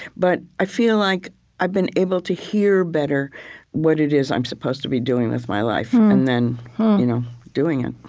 but i feel like i've been able to hear better what it is i'm supposed to be doing with my life and then doing it